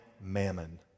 mammon